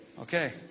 Okay